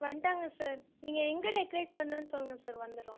வந்துட்டாங்க சார் நீங்கள் எங்கே டெக்கரேட் பண்ணும்னு சொல்லுங்கள் சார் வந்துடுறோம்